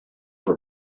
have